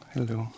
Hello